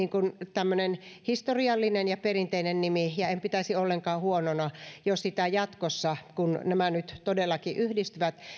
tämmöinen historiallinen ja perinteinen nimi enkä pitäisi ollenkaan huonona jos sitä jatkossa kun nämä nyt todellakin yhdistyvät